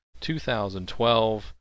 2012